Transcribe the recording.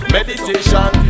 Meditation